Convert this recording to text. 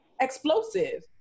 explosive